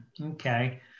Okay